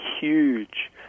huge